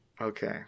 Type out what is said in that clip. Okay